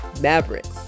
Mavericks